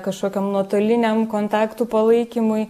kažkokiam nuotoliniam kontaktų palaikymui